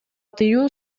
тыюу